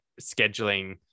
scheduling